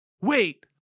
wait